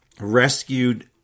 rescued